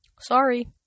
Sorry